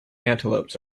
antelopes